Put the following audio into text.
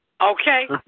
Okay